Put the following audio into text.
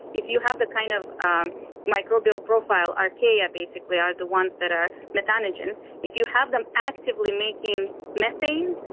if you have the kind of um microbial profile arcadia basically are the ones that are methanogens. if you have them actively making methane,